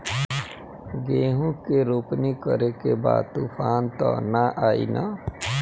गेहूं के रोपनी करे के बा तूफान त ना आई न?